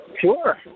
Sure